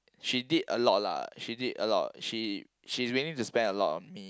she did a lot lah she did a lot she she is willing to spend a lot on me